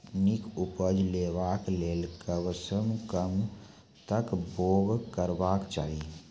नीक उपज लेवाक लेल कबसअ कब तक बौग करबाक चाही?